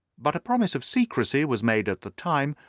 but a promise of secrecy was made at the time,